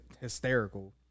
hysterical